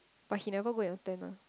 but he never go and attend ah